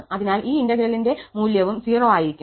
അതിനാൽ ഈ ഇന്റെഗ്രേലിന്റെ വമൂല്യവും 0 ആയിരിക്കും